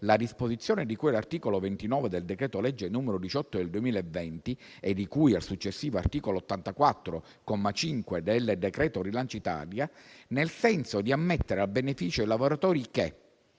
la disposizione di cui all'articolo 29 del decreto-legge n. 18 del 2020 e di cui al successivo articolo 84, comma 5, del decreto rilancio Italia, nel senso di ammettere al beneficio i lavoratori che